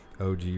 og